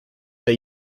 they